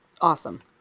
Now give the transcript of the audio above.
Awesome